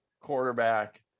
quarterback